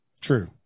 True